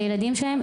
הילדים שלהם.